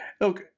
Look